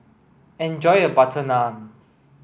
enjoy your butter naan